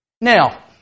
Now